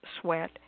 sweat